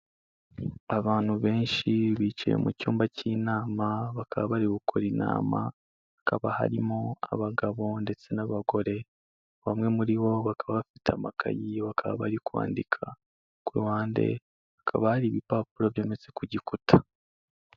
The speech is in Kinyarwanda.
Abantu benshi bicaye mu cyumba cy'inama bakaba bari gukora inama, hakaba harimo abagabo ndetse n'abagore, bamwe muri bo bakaba bafite amakayi bakaba bari kwandika, ku ruhande hakaba hari ibipapuro byometse ku gikuta.